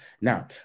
Now